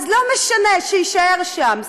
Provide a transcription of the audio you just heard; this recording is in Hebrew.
אז לא משנה, שיישאר שם.